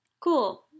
Cool